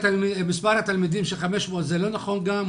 מספר התלמידים של 500 זה לא נכון גם,